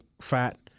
fat